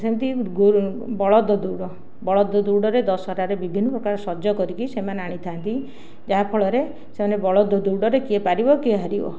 ସେମିତି ଗୋରୁ ବଳଦ ଦୌଡ଼ ବଳଦ ଦୌଡ଼ରେ ଦଶହରାରେ ବିଭିନ୍ନ ପ୍ରକାର ସଜ କରିକି ସେମାନେ ଆଣିଥାନ୍ତି ଯାହା ଫଳରେ ସେମାନେ ବଳଦ ଦୌଡ଼ରେ କିଏ ପାରିବ କିଏ ହାରିବ